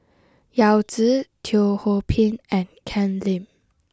Yao Zi Teo Ho Pin and Ken Lim